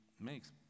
makes